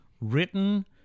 written